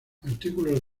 artículos